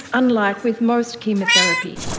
unlike with most chemotherapy.